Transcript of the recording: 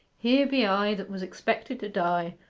here be i, that was expected to die,